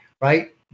right